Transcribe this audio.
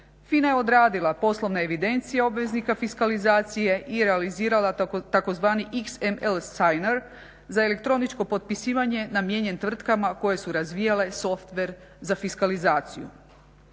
FINA je odradila poslovne evidencije obveznika fiskalizacije i realizirala tzv. XmlSigner za elektroničko potpisivanje namijenjen tvrtkama koje su razvijale softver za fiskalizaciju.